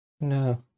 No